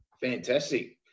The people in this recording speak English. fantastic